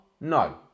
No